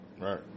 Right